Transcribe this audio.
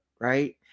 right